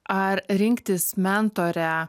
ar rinktis mentorę